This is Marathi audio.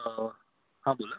हां बोला